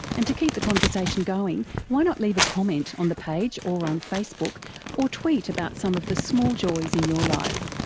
and to keep the conversation going why not leave a comment on the page or on facebook or tweet about some of the small joys in your life.